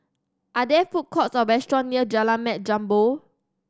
are there food courts or restaurants near Jalan Mat Jambol